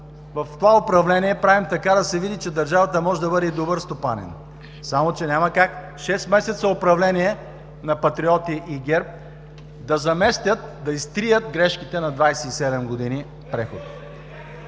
в това управление правим така да се види, че държавата може да бъде и добър стопанин, само че няма как шест месеца управление на „Патриоти“ и ГЕРБ да заместят, да изтрият грешките на 27 години преход.